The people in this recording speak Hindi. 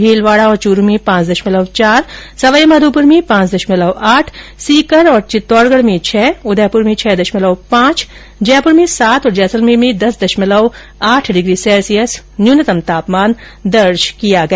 भीलवाड़ा और चूरू में पांच देशमलव चार सवाईमाधोपुर में पांच दशमलव आठ सीकर और चित्तौड़गढ में छह उदयपूर में छह दशमलव पांच जयपूर में सात और जैसलमेर में दस दशमलव आठ डिग्री सैल्सियस न्यूनतम तापमान दर्ज किया गया